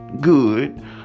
Good